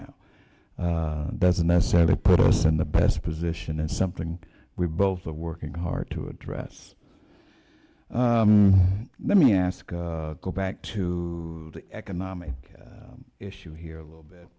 now doesn't necessarily put us in the best position it's something we both are working hard to address let me ask go back to the economic issue here a little bit